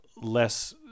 less